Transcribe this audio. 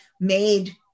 made